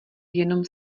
jenom